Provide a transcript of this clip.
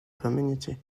community